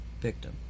victim